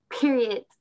period